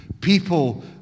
people